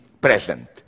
present